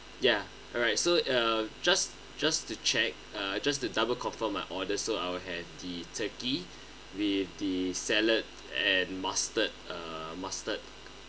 ya alright so uh just just to check uh just to double confirm my orders so I'll had the turkey with the salad and mustard uh mustard